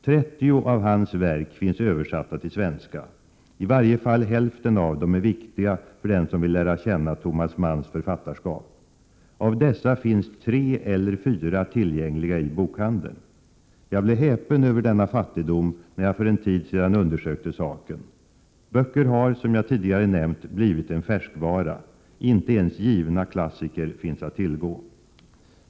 30 av hans verk finns översatta till svenska. I varje fall hälften av dem är viktiga för den som vill lära känna Thomas Manns författarskap. Av dessa finns tre eller fyra tillgängliga i bokhandeln. Jag blev häpen över denna fattigdom när jag för en tid sedan undersökte saken. Böcker har — som jag tidigare nämnt — blivit en färskvara. Inte ens givna klassiker finns att tillgå.